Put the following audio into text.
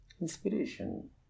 Inspiration